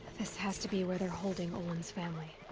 this has to be where they're holding olin's family.